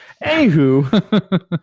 anywho